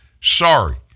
Sorry